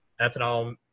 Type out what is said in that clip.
ethanol